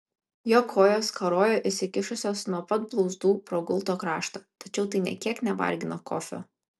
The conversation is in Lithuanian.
jo kojos karojo išsikišusios nuo pat blauzdų pro gulto kraštą tačiau tai nė kiek nevargino kofio